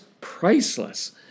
priceless